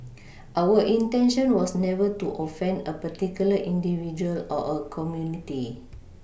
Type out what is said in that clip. our intention was never to offend a particular individual or a community